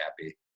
happy